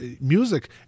music